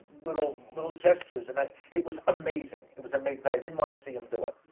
little little gestures and that, it was amazing. it was amazing. but i didn't want to see him do it.